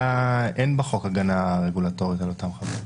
אין בחוק הגנה רגולטורית על אותן חברות.